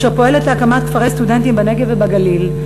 אשר פועלת להקמת כפרי סטודנטים בנגב ובגליל,